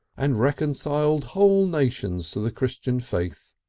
and reconciled whole nations to the christian faith.